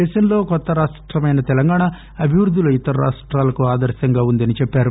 దేశంలో కొత్త రాష్టమైన తెలంగాణ అభివృద్దిలో ఇతర రాష్టాలకు ఆదర్శంగా నిలీచిందని చెప్పారు